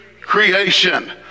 creation